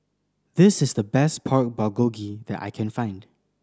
this is the best Pork Bulgogi that I can find